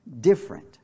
different